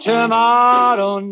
Tomorrow